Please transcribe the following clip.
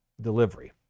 delivery